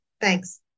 thanks